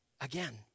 again